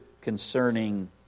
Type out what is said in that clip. concerning